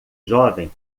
jovem